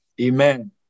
Amen